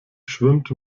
schwimmt